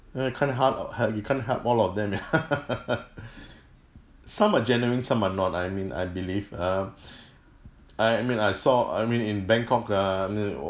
uh you can't help help you can't help all of them ya some are genuine some are not I mean I believe uh I I mean I saw I mean in bangkok err